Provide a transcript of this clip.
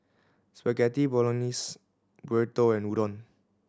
Spaghetti Bolognese Burrito and Udon